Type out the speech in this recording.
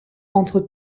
entre